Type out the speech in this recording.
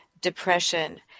depression